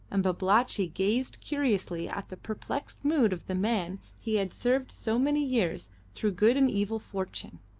and babalatchi gazed curiously at the perplexed mood of the man he had served so many years through good and evil fortune.